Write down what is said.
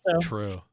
True